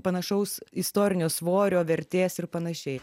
panašaus istorinio svorio vertės ir panašiai